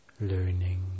Learning